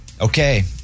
okay